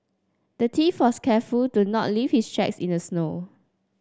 the was careful to not leave his tracks in the snow